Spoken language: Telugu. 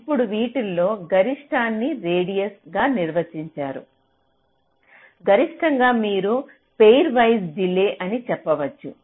ఇప్పుడు వీటిల్లో గరిష్టాన్ని రేడియస్ గా నిర్వచించారు గరిష్టంగా మీరు పేర్ వైజ్ డిలే అని చెప్పవచ్చు